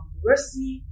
University